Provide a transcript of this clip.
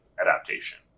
adaptation